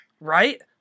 Right